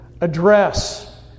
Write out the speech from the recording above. address